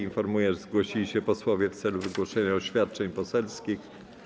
Informuję, że zgłosili się posłowie w celu wygłoszenia oświadczeń poselskich.